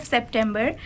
September